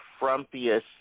frumpiest